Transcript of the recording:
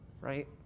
right